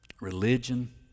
Religion